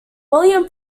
william